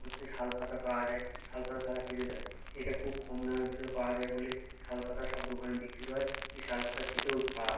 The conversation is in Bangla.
হচ্ছে শাল পাতা পাওয়া যায় শাল পাতা থালায় খেতে দেয় এটা খুব কম দামের ভিতরে পাওয়া যায় বলে শাল পাতা সব দোকানে বিক্রি হয় এই শাল পাতা খেতেও পায়